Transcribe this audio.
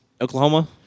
Oklahoma